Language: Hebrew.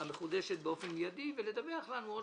המחודשת באופן מיידי ולדווח לוועדת הכספים